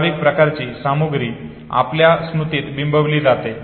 ठराविक प्रकारची सामग्री आपल्या स्मृतीत बिंबवली जाते